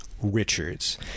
Richards